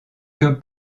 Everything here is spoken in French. que